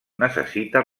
necessita